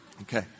Okay